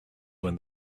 when